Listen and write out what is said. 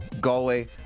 Galway